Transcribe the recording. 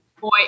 Boy